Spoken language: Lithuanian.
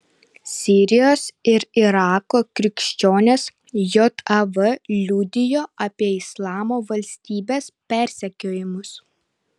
sirijos ir irako krikščionės jav liudijo apie islamo valstybės persekiojimus